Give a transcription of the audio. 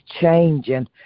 changing